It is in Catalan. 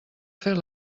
fer